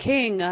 King